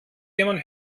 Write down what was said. jemand